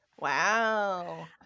Wow